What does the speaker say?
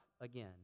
again